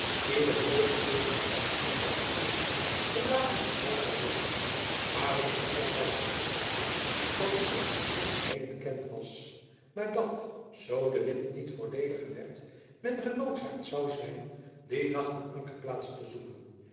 ieder oogenblik liet hij aan den schipper vragen hoe laat men aan wal zou wezen waarop dan altijd het antwoord was dat zulks aan god alleen bekend was maar dat zoo de wind niet voordeeliger werd men genoodzaakt zou zijn dien nacht een ankerplaats te zoeken